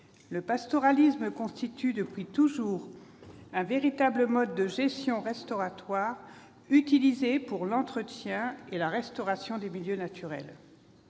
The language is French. le pastoralisme constitue depuis toujours un véritable mode de gestion restauratoire utilisé pour l'entretien et la restauration des milieux naturels.